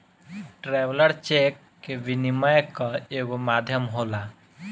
traveller cheque विनिमय कअ एगो माध्यम होला